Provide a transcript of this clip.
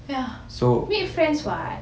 ya make friends [what]